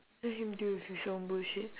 let him deal with his own bullshit